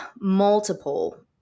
multiple